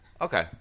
Okay